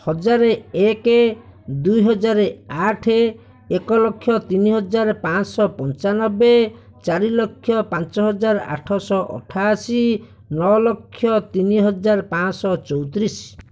ହଜାର ଏକ ଦୁଇହଜାର ଆଠ ଏକ ଲକ୍ଷ ତିନି ହଜାର ପାଞ୍ଚଶହ ପଞ୍ଚାନବେ ଚାରିଲକ୍ଷ ପାଞ୍ଚ ହଜାର ଆଠଶହ ଅଠାଅଶୀ ନଅ ଲକ୍ଷ ତିନି ହଜାର ପାଞ୍ଚଶହ ଚଉତିରିଶ